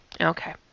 Okay